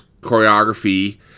choreography